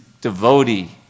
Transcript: devotee